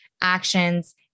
actions